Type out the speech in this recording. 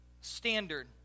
standard